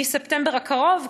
מספטמבר הקרוב,